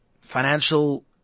financial